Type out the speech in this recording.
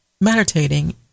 meditating